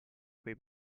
quei